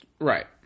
Right